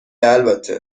البته